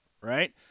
right